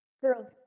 girls